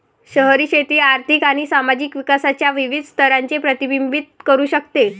शहरी शेती आर्थिक आणि सामाजिक विकासाच्या विविध स्तरांचे प्रतिबिंबित करू शकते